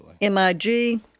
MIG